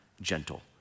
gentle